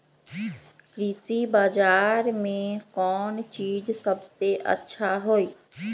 कृषि बजार में कौन चीज सबसे अच्छा होई?